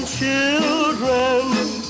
children